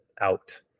out